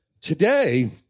today